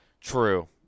True